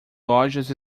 lojas